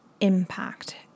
impact